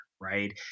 right